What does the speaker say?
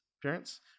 appearance